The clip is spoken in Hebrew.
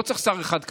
לא צריך שר אחד כמוהו,